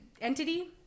entity